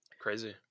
Crazy